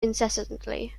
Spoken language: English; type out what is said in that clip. incessantly